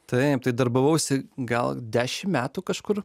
taip tai darbavausi gal dešim metų kažkur